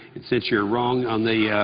since you are wrong on the